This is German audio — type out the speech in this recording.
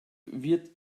wird